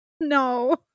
No